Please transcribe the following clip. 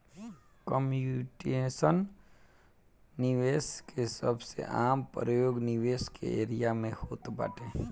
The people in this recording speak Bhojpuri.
कम्प्यूटेशनल निवेश के सबसे आम प्रयोग निवेश के एरिया में होत बाटे